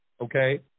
okay